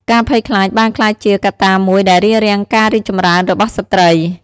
ការភ័យខ្លាចបានក្លាយជាកត្តាមួយដែលរារាំងការរីកចម្រើនរបស់ស្ត្រី។